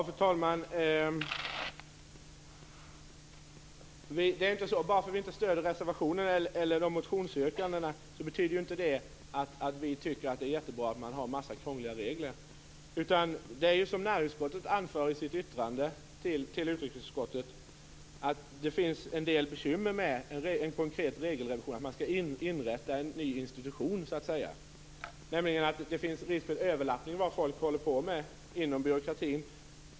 Fru talman! Att vi inte stöder reservationerna eller motionsyrkandena, betyder ju inte att vi tycker det är bra med en massa krångliga regler. Som näringsutskottet anför i sitt yttrande till utrikesutskottet, finns det en del bekymmer med en konkret regelrevision, då man så att säga skall inrätta en ny institution. Det finns nämligen risk för överlappning av vad folk inom byråkratin håller på med.